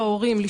היום,